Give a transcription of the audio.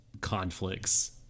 conflicts